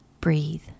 breathe